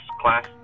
class